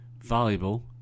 valuable